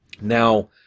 Now